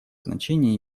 значение